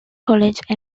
college